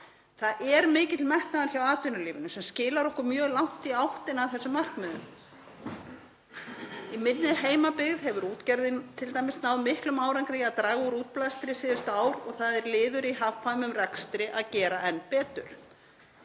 Það er mikill metnaður hjá atvinnulífinu sem skilar okkur mjög langt í áttina að þessum markmiðum. Í minni heimabyggð hefur útgerðin t.d. náð miklum árangri í að draga úr útblæstri síðustu ár og það er liður í hagkvæmum rekstri að gera enn betur.